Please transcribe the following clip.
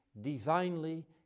divinely